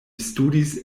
studis